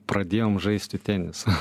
pradėjom žaisti tenisą